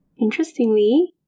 Interestingly